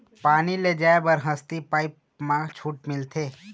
पानी ले जाय बर हसती पाइप मा छूट मिलथे?